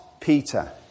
Peter